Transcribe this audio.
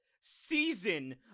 season